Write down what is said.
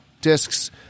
discs